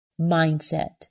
mindset